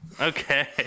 Okay